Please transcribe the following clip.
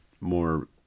more